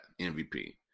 MVP